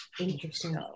Interesting